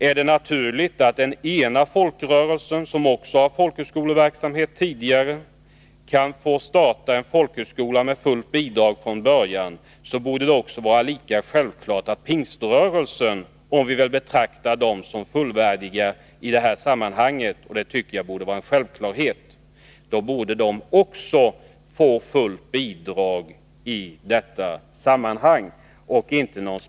Är det naturligt att den ena folkrörelsen, som också tidigare har folkhögskoleverksamhet, får starta en folkhögskola med fullt bidrag från början, borde det vara lika naturligt att Pingströrelsen — om vi vill betrakta dem som fullvärdiga i detta sammanhang, vilket jag tycker borde vara en självklarhet — också får fullt bidrag för sin folkhögskola i Viebäck.